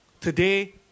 Today